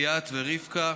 ליאת ורבקה,